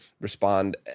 respond